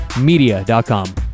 media.com